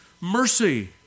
mercy